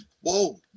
Whoa